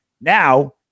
Now